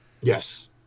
Yes